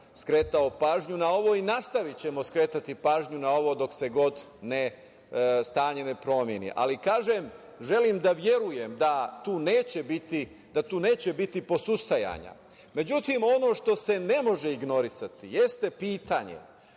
skretao pažnju na ovom, i nastavićemo skretati pažnju na ovo dok se god stanje ne promeni. Kažem, želim da verujem da tu neće biti posustajanja.Međutim ono što se ne može ignorisati, jeste pitanje